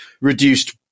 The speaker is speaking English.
reduced